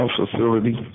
facility